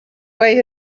way